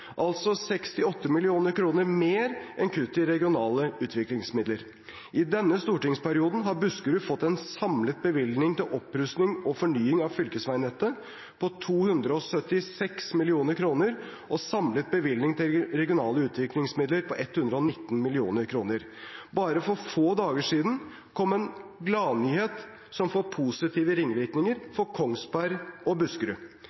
altså 68 mill. kr mer enn kuttet i regionale utviklingsmidler. I denne stortingsperioden har Buskerud fått en samlet bevilgning til opprustning og fornying av fylkesveinettet på 276 mill. kr og samlet bevilgning til regionale utviklingsmidler på 119 mill. kr. Bare for få dager siden kom en gladnyhet som får positive ringvirkninger for Kongsberg og Buskerud.